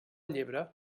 llebre